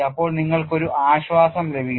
അപ്പോൾ നിങ്ങൾക്ക് ഒരു ആശ്വാസം ലഭിക്കും